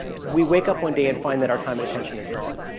we wake up one day and find that our time and attention is gone.